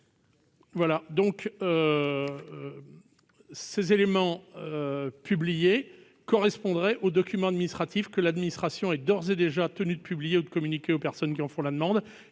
impôts. Les éléments publiés correspondraient aux documents administratifs que l'administration est d'ores et déjà tenue de publier ou de communiquer aux personnes qui en font la demande,